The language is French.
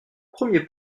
premier